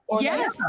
Yes